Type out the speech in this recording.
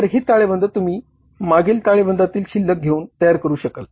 तर ही ताळेबंद तुम्ही मागील ताळेबंदातील शिल्लक घेऊन तयार कराल